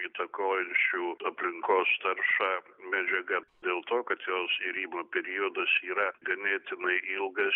įtakojančių aplinkos taršą medžiaga dėl to kad jos irimo periodas yra ganėtinai ilgas